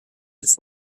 its